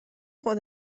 خود